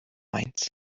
mainz